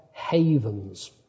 havens